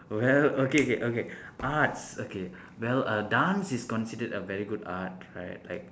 well okay K okay arts okay well err dance is considered a very good art right like